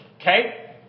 okay